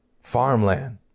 farmland